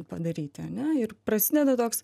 padaryti ane ir prasideda toks